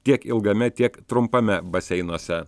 tiek ilgame tiek trumpame baseinuose